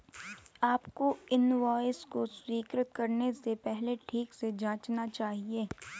आपको इनवॉइस को स्वीकृत करने से पहले ठीक से जांचना चाहिए